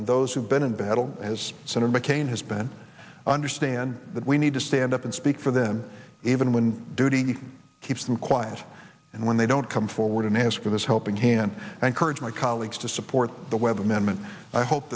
and those who have been in battle as senator mccain has been understand that we need to stand up and speak for them even when duty keeps them quiet and when they don't come forward and ask for this helping hand and encourage my colleagues to support the webb amendment i hope